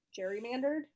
gerrymandered